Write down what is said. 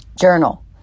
Journal